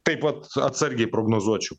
taip pat atsargiai prognozuočiau